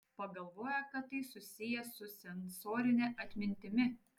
pagalvojo kad tai susiję su sensorine atmintimi